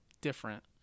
different